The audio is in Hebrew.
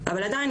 אבל עדיין,